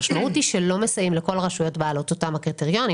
המשמעות היא שלא מסייעים לכל הרשויות בעלות אותם קריטריונים